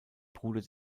bruder